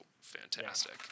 fantastic